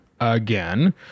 again